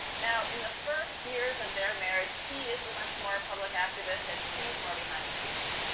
now, in the first years of their marriage, he is the much more public activist and she's more behind the scenes.